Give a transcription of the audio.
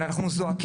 אבל אנחנו זועקים.